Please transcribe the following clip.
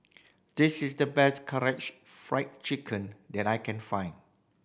this is the best Karaage Fried Chicken that I can find